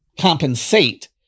compensate